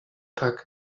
tak